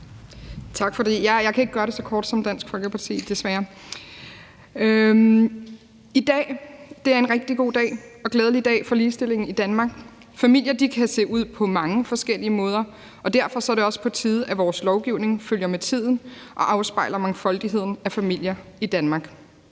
(Ordfører) Helene Brydensholt (ALT): Tak for det. I dag er en rigtig god og glædelig dag for ligestillingen i Danmark. Familier kan se ud på mange forskellige måder, og derfor er det også på tide, at vores lovgivning følger med tiden og afspejler mangfoldigheden af familier i Danmark.